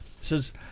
Says